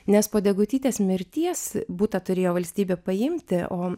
nes po degutytės mirties butą turėjo valstybė paimti o